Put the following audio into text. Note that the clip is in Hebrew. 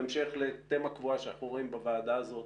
בהמשך לתמה קבועה שאנחנו רואים בוועדה הזאת,